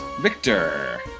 Victor